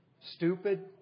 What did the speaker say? Stupid